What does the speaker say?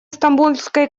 стамбульской